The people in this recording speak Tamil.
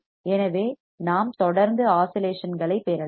எனவே நாம் தொடர்ந்து ஆஸிலேஷன் களைப் பெறலாம்